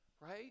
right